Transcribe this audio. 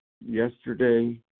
yesterday